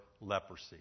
leprosy